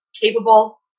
capable